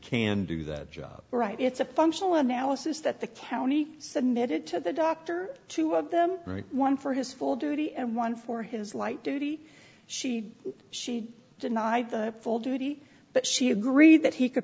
can do that job right it's a functional analysis that the county submitted to the doctor two of them right one for his full duty and one for his light duty she should deny the full duty but she agreed that he could